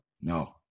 No